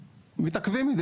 מתעכבים,